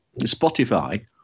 Spotify